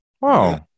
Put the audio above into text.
Wow